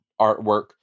artwork